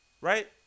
right